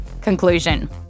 Conclusion